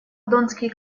донской